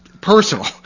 personal